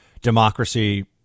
democracy